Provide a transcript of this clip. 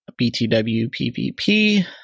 btwpvp